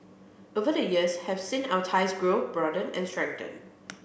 over the years have seen our ties grow broaden and strengthen